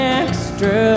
extra